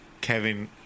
Kevin